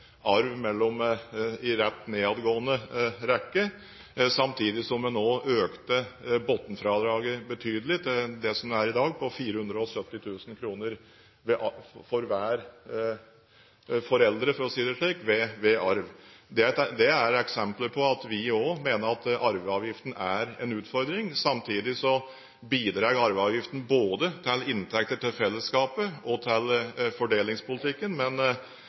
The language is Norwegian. som det er i dag, 470 000 kr for hver forelder ved arv. Det er eksempler på at vi også mener at arveavgiften er en utfordring. Samtidig bidrar arveavgiften både til inntekter til fellesskapet og til fordelingspolitikken. Men